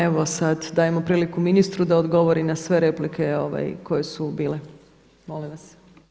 Evo sad dajemo priliku ministru da odgovori na sve replike koje su bile, molim vas.